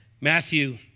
Matthew